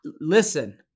listen